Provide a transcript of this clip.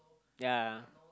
ya